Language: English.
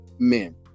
men